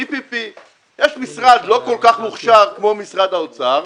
PPP. יש משרד לא כל כך מוכשר כמו משרד האוצר.